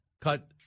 Cut